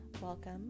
welcome